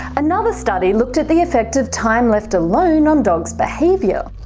another study looked at the effect of time left alone on dog's behaviour.